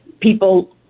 people